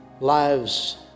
lives